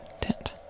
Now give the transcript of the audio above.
tent